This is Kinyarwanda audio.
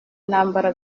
intambara